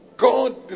God